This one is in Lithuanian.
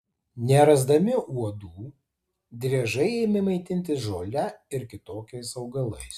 nerasdami uodų driežai ėmė maitintis žole ir kitokiais augalais